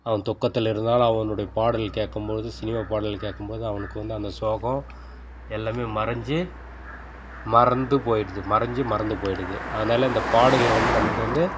அவன் துக்கத்தில் இருந்தாலும் அவனுடைய பாடல் கேட்கும் பொழுது சினிமா பாடல் கேட்கும்போது அவனுக்கு வந்து அந்த சோகம் எல்லாமே மறஞ்சு மறந்து போய்விடுது மறஞ்சு மறந்து போய்விடுது அதனாலே இந்த பாடல்கள் வந்து நமக்கு வந்து